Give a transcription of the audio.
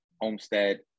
Homestead